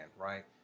right